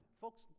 Folks